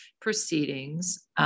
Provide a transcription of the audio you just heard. proceedings